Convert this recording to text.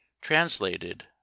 translated